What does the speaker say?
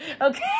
okay